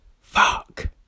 fuck